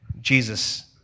Jesus